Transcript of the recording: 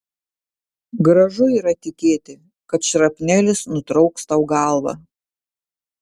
gražu yra tikėti kad šrapnelis nutrauks tau galvą